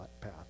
path